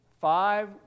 Five